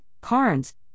Carnes